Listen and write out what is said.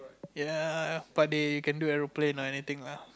ya but they can do aeroplane or anything lah